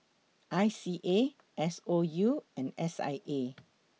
I C A S O U and S I A